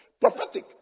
prophetic